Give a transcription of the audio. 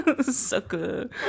Sucker